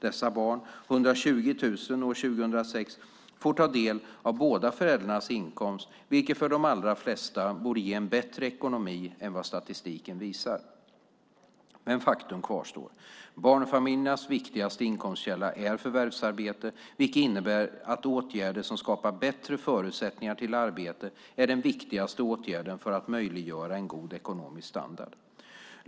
Dessa barn, 120 000 år 2006, får ta del av båda föräldrarnas inkomst, vilket för de allra flesta borde ge en bättre ekonomi än vad statistiken visar. Men faktum kvarstår, barnfamiljernas viktigaste inkomstkälla är förvärvsarbete, vilket innebär att åtgärder som skapar bättre förutsättningar till arbete är den viktigaste åtgärden för att möjliggöra en god ekonomisk standard.